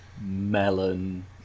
melon